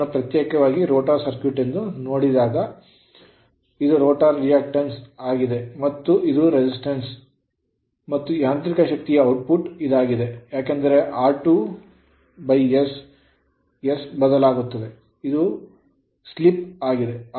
ಇದನ್ನು ಪ್ರತ್ಯೇಕವಾಗಿ rotor circuit ಎಂದು ನೋಡಿದಾಗ ಇದು ರೋಟರ್ ರಿಯಾಕ್ಷನ್ ಆಗಿದೆ ಮತ್ತು ಇದು resistance ಪ್ರತಿರೋಧವಾಗಿದೆ ಮತ್ತು ಯಾಂತ್ರಿಕ ಶಕ್ತಿಯ ಔಟ್ಪುಟ್ ಆಗಿದೆ ಏಕೆಂದರೆ r2' s s ಬದಲಾಗುತ್ತದೆ ಇದು ಸ್ಲಿಪ್ ಆಗಿದೆ